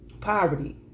Poverty